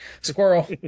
squirrel